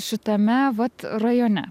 šitame vat rajone